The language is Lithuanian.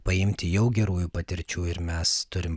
paimti jau gerųjų patirčių ir mes turim